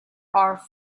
are